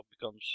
becomes